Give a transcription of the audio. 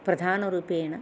प्रधानरूपेण